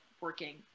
working